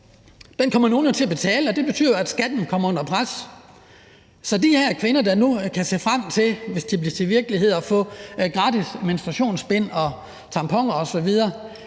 kommer nogle til at betale – og det betyder, at skatten kommer under pres. Så de her kvinder, der nu kan se frem til, hvis forslaget bliver til virkelighed, at få gratis menstruationsbind og tamponer osv.,